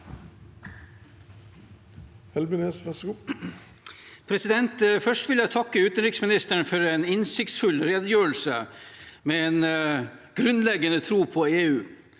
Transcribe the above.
Først vil jeg takke utenriksministeren for en innsiktsfull redegjørelse med en grunnleggende tro på EU